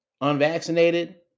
unvaccinated